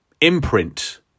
imprint